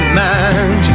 mind